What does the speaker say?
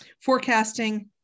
forecasting